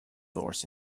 horse